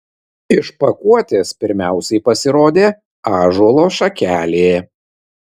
iš pakuotės pirmiausiai pasirodė ąžuolo šakelė